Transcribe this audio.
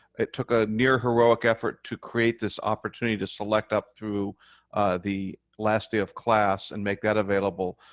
it took a near heroic effort to create this opportunity to select up through the last day of class and make that available.